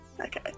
Okay